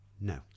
No